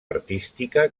artística